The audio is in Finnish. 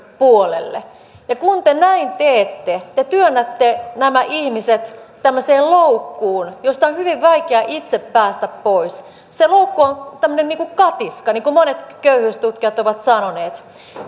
puolelle kun te näin teette te työnnätte nämä ihmiset tämmöiseen loukkuun josta on hyvin vaikea itse päästä pois se loukku on niin kuin katiska niin kuin monet köyhyystutkijat ovat sanoneet